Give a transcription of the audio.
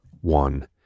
one